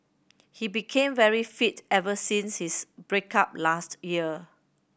he became very fit ever since his break up last year